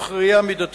תוך ראייה מידתית,